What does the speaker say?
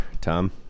Tom